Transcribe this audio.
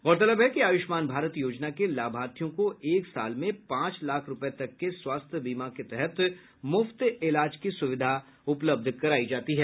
गौरतलब है कि आयुष्मान भारत योजना के लाभार्थियों को एक साल में पांच लाख रूपये तक के स्वास्थ्य बीमा के तहत मुफ्त इलाज की सुविधा उपलब्ध करायी जाती है